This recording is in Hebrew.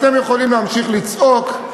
אתם יכולים להמשיך לצעוק,